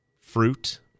fruit